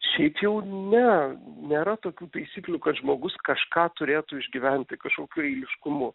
šiaip jau ne nėra tokių taisyklių kad žmogus kažką turėtų išgyventi kažkokiu eiliškumu